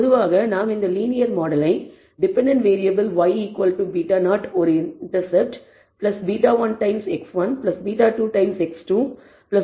பொதுவாக நாம் இந்த லீனியர் மாடலை டிபெண்டன்ட் வேறியபிள் y β0 ஒரு intercept β1 times x1 β2 times x2